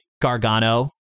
Gargano